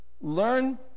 Learn